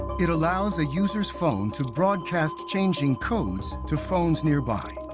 it allows a user's phone to broadcast changing codes to phones nearby.